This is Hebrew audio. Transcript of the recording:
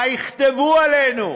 מה יכתבו עלינו.